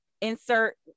insert